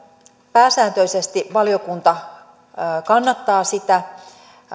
pääsääntöisesti valiokunta kannattaa sitä